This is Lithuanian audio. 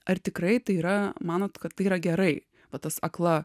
ar tikrai tai yra manot kad tai yra gerai va tas akla